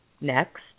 next